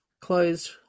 closed